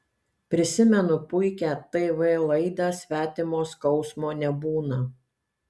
prisimenu puikią tv laidą svetimo skausmo nebūna